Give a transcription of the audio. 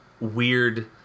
weird